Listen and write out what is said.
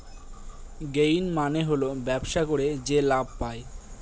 gain মানে হল ব্যবসা করে যে লাভ পায়